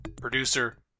producer